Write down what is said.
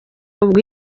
ubwo